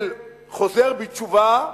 של חוזר בתשובה,